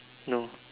no